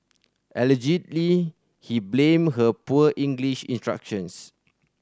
allegedly he blamed her poor English instructions